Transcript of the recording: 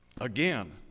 again